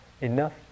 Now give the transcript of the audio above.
enough